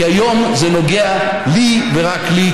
כי היום זה נוגע לי ורק לי.